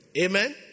Amen